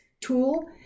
tool